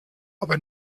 aber